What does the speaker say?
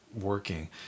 working